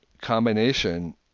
combination